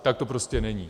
Tak to prostě není.